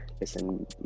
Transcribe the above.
listen